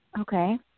Okay